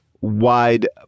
wide